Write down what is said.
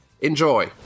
Enjoy